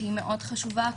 שהיא מאוד חשובה,